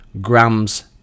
grams